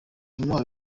yamuhaye